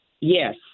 Yes